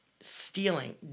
stealing